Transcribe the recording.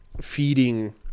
feeding